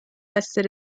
essere